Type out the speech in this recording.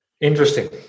interesting